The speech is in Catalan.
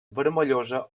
vermellosa